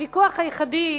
הוויכוח היחידי,